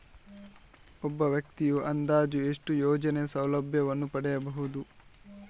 ಒಬ್ಬ ವ್ಯಕ್ತಿಯು ಅಂದಾಜು ಎಷ್ಟು ಯೋಜನೆಯ ಸೌಲಭ್ಯವನ್ನು ಪಡೆಯಬಹುದು?